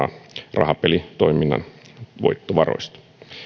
rahapelitoiminnan voittovaroista